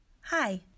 Hi